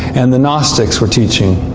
and the gnostics were teaching.